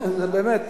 עוד פעם יבחרו, באמת,